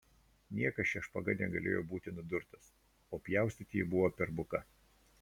niekas šia špaga negalėjo būti nudurtas o pjaustyti ji buvo per buka